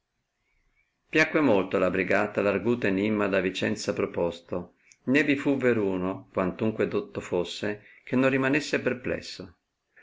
piacque molto alla brigata l arguto enimma da vicenza proposto né vi fu veruno quantunque dotto fosse che non rimanesse perplesso